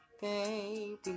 Baby